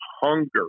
hunger